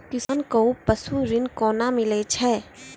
किसान कऽ पसु ऋण कोना मिलै छै?